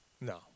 No